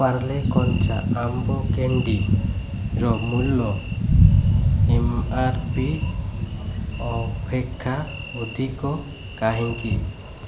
ପାର୍ଲେ କଞ୍ଚା ଆମ୍ବ କ୍ୟାଣ୍ଡିର ମୂଲ୍ୟ ଏମ୍ ଆର୍ ପି ଅପେକ୍ଷା ଅଧିକ କାହିଁକି